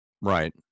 Right